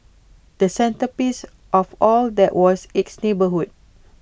the centrepiece of all that was its neighbourhoods